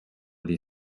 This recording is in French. les